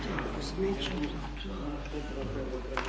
Hvala i vama.